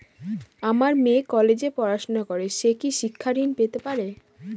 আমার মেয়ে কলেজে পড়াশোনা করে সে কি শিক্ষা ঋণ পেতে পারে?